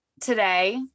today